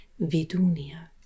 Vidunia